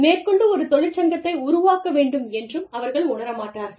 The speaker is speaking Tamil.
மேற்கொண்டு ஒரு தொழிற்சங்கத்தை உருவாக்க வேண்டும் என்றும் அவர்கள் உணர மாட்டார்கள்